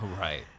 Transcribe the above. Right